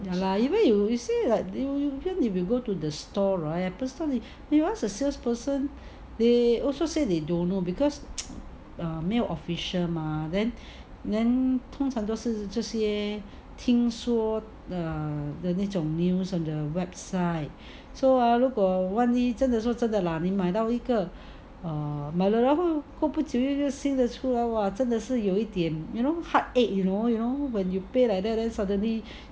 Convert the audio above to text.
ya lah even you say like if you go to the store right personally you ask the salesperson they also say they don't know because err 没有 official mah then 通常都是这些听说的那种 news on the website so ah 如果说真的 lah 你买到一个 err 真的是又有一个新的出来 !wah! 真的是有一点 you know heartache you know like you pay like that then suddenly